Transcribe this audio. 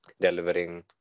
delivering